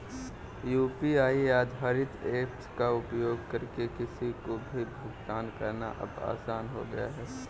UPI आधारित apps का उपयोग करके किसी को भी भुगतान करना अब आसान हो गया है